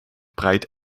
breit